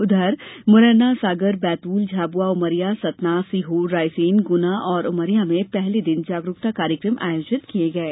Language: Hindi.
उधर मुरैनासागर बैतूल झाबुआ उमरियासतना सीहोर रायसेन गुना और उमरिया में पहले दिन जागरुकता कार्यक्रम आयोजित किये गये